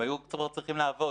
הם היו כבר צריכים לעבוד.